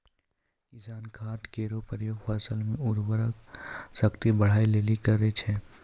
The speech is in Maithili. किसान खाद केरो प्रयोग फसल म उर्वरा शक्ति बढ़ाय लेलि करै छै